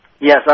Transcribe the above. Yes